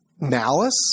malice